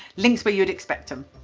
links where you'd expect em.